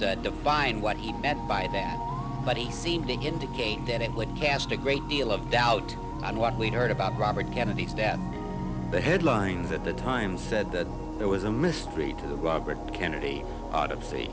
define what he meant by that but he seemed to indicate that it would cast a great deal of doubt on what we heard about robert kennedy's death the headlines at the time said that there was a mystery to the robert kennedy autopsy